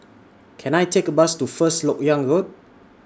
Can I Take A Bus to First Lok Yang Road